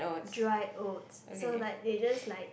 dry oats so like they just like